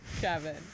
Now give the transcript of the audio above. Kevin